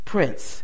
Prince